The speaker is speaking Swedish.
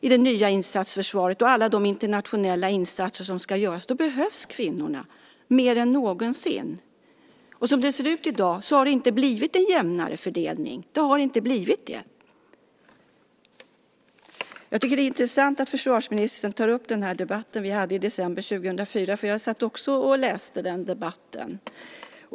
I det nya insatsförsvaret och alla de internationella insatser som ska göras behövs kvinnor mer än någonsin. Som det ser ut i dag har det inte blivit en jämnare fördelning. Det har inte blivit det. Jag tycker att det är intressant att försvarsministern tar upp den debatt vi hade i december 2004, för jag satt också och läste den debatten.